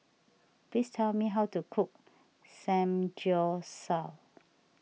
please tell me how to cook Samgyeopsal